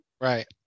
Right